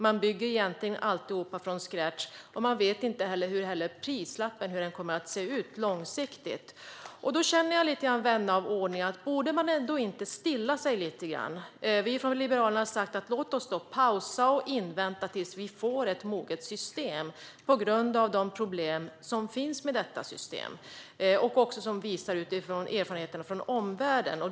Man bygger egentligen alltihop från scratch och vet inte hur prislappen kommer att se ut långsiktigt. Vän av ordning undrar om man ändå inte borde stilla sig lite grann. Vi från Liberalerna har sagt: Låt oss pausa och invänta ett moget system på grund av de problem som finns med detta system och som också erfarenheterna från omvärlden visar.